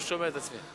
אני לא שומע את עצמי.